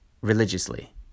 religiously